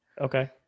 Okay